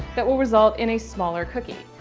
that will result in a smaller cookie.